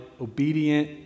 obedient